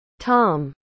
Tom